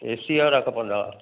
ए C वारा खपंदा